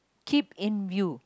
keep in view